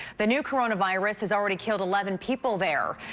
the new coronavirus has already killed eleven people there,